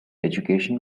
education